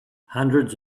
hundreds